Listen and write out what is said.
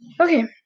Okay